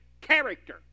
character